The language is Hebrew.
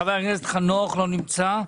חבר הכנסת קלנר, בבקשה.